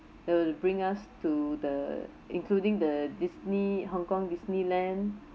that will bring us to the including the Disney Hongkong Disneyland